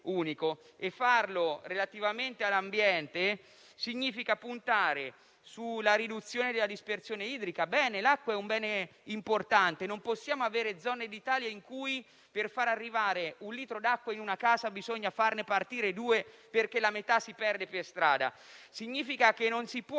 unico. E farlo relativamente all'ambiente significa puntare sulla riduzione della dispersione idrica: l'acqua è un bene importante e non possiamo avere zone d'Italia in cui, per far arrivare un litro d'acqua in una casa, bisogna farne partire due, perché la metà si perde per strada. Significa che non si può